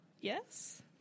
Yes